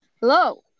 Hello